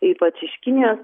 ypač iš kinijos